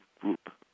group